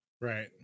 Right